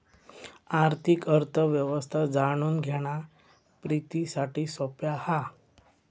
आर्थिक अर्थ व्यवस्था जाणून घेणा प्रितीसाठी सोप्या हा